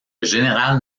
général